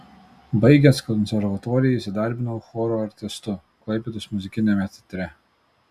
baigęs konservatoriją įsidarbinau choro artistu klaipėdos muzikiniame teatre